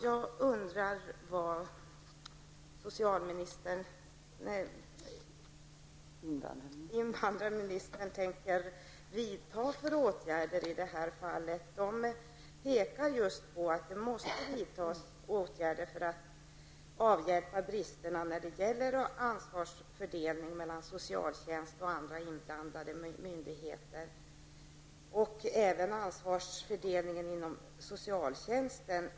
Jag undrar vilka åtgärder invandrarministern tänker vidta i det här fallet. Omständigheterna pekar på att det måste vidtas åtgärder för att avhjälpa bristerna i ansvarsfördelningen mellan socialtjänsten och andra inblandade myndigheter liksom även i ansvarsfördelningen inom socialtjänsten.